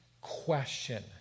question